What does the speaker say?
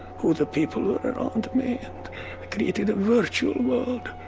who the people were around me, and i created a virtual world.